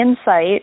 insight